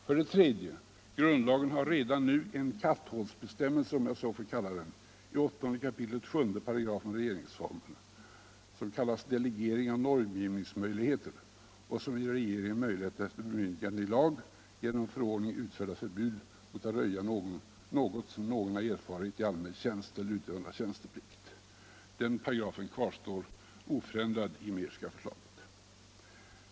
För det tredje har grundlagen redan en katthålsbestämmelse, om jag så får kalla den, i 8 kap. 7 § regeringsformen; den kallas delegering av normgivningsmöjligheter. Den ger regeringen möjligheter att efter bemyndigande i lag genom förordning utfärda förbud mot att röja något som någon har erfarit i allmän tjänst eller vid utövande av tjänsteplikt. Den paragrafen kvarstår oförändrad i det Mehrska förslaget.